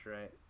right